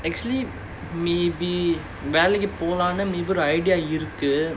actually maybe வேலைக்கி போலாம்னு ஒரு:velaikki polaamnu oru idea இருக்கு:irukku